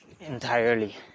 entirely